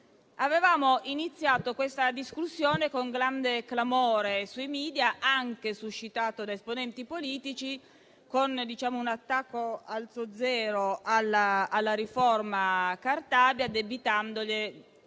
Avevamo iniziato questa discussione con grande clamore sui *media*, anche suscitato da esponenti politici, con un attacco ad alzo zero alla riforma Cartabia, addebitandole